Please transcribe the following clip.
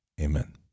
Amen